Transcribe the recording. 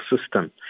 system